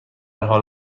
حال